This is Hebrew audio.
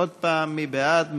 עוד פעם, מי בעד?